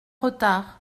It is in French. retard